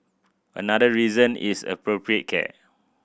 another reason is appropriate care